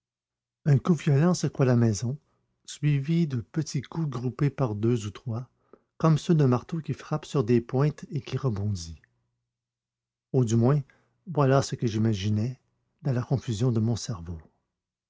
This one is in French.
un coup violent secoua la maison suivi de petits coups groupés par deux ou trois comme ceux d'un marteau qui frappe sur des pointes et qui rebondit ou du moins voilà ce que j'imaginais dans la confusion de mon cerveau